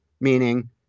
Meaning